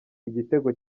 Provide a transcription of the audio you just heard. igitego